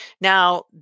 now